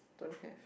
don't have